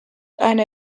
eine